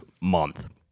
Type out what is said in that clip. month